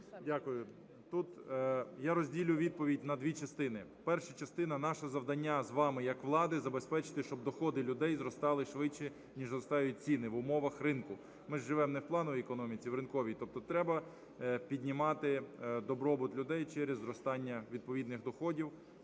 Дякую. Тут я розділю відповідь на дві частини. Перша частина. Наше завдання з вами як влади – забезпечити, щоб доходи людей зростали швидше, ніж зростають ціни в умовах ринку. Ми ж живемо не в плановій економіці, а в ринковій, тобто треба піднімати добробут людей через зростання відповідних доходів,